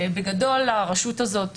בגדול, הרשות הזאת,